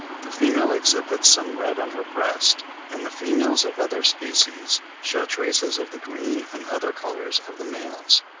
the female exhibits some red on her breast and the females of other species shew traces of the green and other colours of the males.